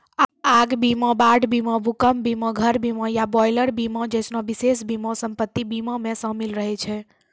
आग बीमा, बाढ़ बीमा, भूकंप बीमा, घर बीमा या बॉयलर बीमा जैसनो विशेष बीमा सम्पति बीमा मे शामिल रहै छै